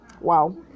wow